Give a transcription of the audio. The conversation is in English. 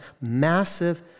massive